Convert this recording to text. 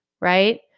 right